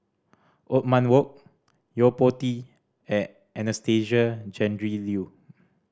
Othman Wok Yo Po Tee and Anastasia Tjendri Liew